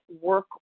work